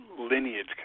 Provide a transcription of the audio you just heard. lineage